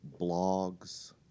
blogs